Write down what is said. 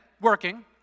working